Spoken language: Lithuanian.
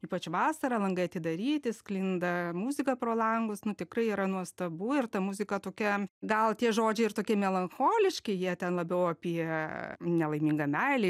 ypač vasarą langai atidaryti sklinda muzika pro langus nu tikrai yra nuostabu ir ta muzika tokia gal tie žodžiai ir tokie melancholiški jie ten labiau apie nelaimingą meilę